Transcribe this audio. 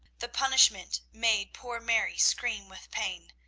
the punishment made poor mary scream with pain,